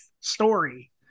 story